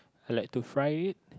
I like to fry it